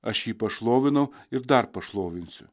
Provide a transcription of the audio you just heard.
aš jį pašlovinau ir dar pašlovinsiu